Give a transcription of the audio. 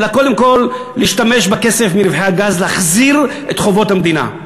אלא קודם כול להשתמש בכסף מרווחי הגז להחזיר את חובות המדינה.